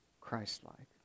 Christ-like